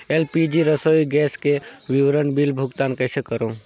LPG रसोई gas के विवरण बिल भुगतान कइसे करों?